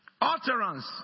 Utterance